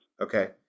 Okay